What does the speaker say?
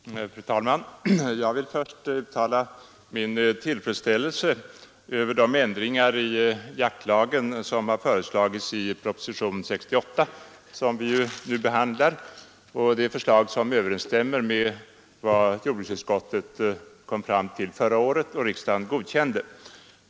Fru talman! Jag vill först uttala min tillfredsställelse över de ändringar i jaktlagen vilka föreslås i propositionen 68 som vi nu behandlar, förslag som är föranledda av vad jordbruksutskottet kom fram till förra året och riksdagen godkände.